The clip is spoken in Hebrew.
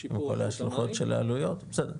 השלכות של העלויות, בסדר.